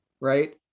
Right